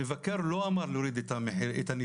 המבקר לא אמר להוריד את הניתוחים,